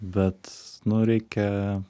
bet nu reikia